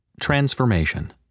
Transformation